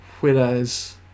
Whereas